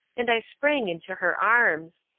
and i sprang into her arms!